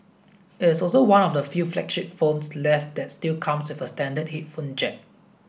it is also one of the few flagship phones left that still comes with a standard headphone jack